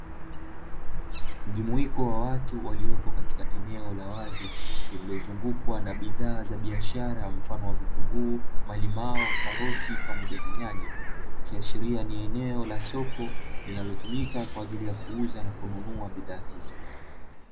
Mjumuiko wa watu walioko katika eneo la wazi, lililozungukwa na bidhaa za biashara mfano wa vitunguu, malimao, karoti pamoja na nyanya, ikiashiria ni eneo la soko linalotumika kwa ajili ya kuuza na kununua bidhaa hizo.